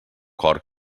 cor